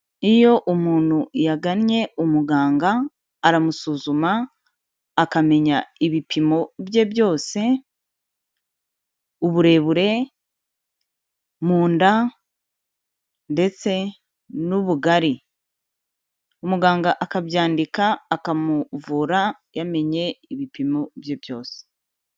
Iyo umuntu yagannye umuganga aramusuzuma akamenya ibipimo bye byose, uburebure, mu nda, ndetse n'ubugari. Umuganga akabyandika akamuvura yamenye ibipimo bye byose.